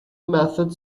method